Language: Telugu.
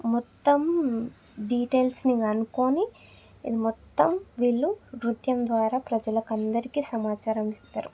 మొత్తం డీటెయిల్స్ని కనుక్కొని ఇది మొత్తం వీళ్ళు నృత్యం ద్వారా ప్రజలకి అందరికీ సమాచారం ఇస్తారు